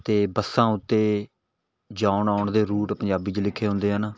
ਅਤੇ ਬੱਸਾਂ ਉੱਤੇ ਜਾਉਣ ਆਉਣ ਦੇ ਰੂਟ ਪੰਜਾਬੀ 'ਚ ਲਿਖੇ ਹੁੰਦੇ ਹਨ